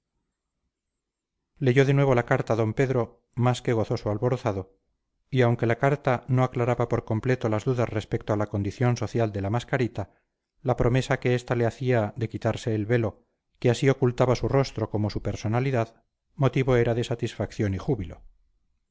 leyó de nuevo la carta d pedro más que gozoso alborozado y aunque la carta no aclaraba por completo las dudas respecto a la condición social de la mascarita la promesa que esta le hacía de quitarse el velo que así ocultaba su rostro como su personalidad motivo era de satisfacción y júbilo